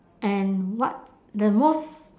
and what the most